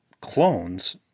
clones